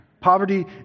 Poverty